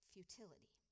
futility